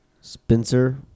Spencer